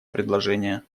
предложение